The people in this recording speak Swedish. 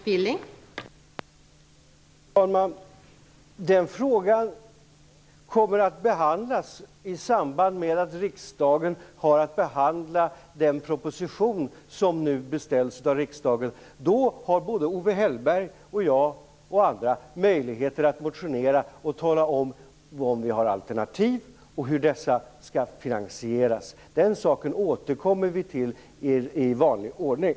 Fru talman! Den frågan kommer att behandlas i samband med att riksdagen har att behandla den proposition som nu beställs av riksdagen. Då har Owe Hellberg, jag och andra möjligheter att motionera, visa om vi har alternativ och hur dessa finansieras. Den saken återkommer vi till i vanlig ordning.